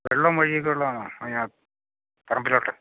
വെള്ളവും വഴിയൊക്കെ ഉള്ളതാണോ അതിന് പറമ്പിലോട്ട്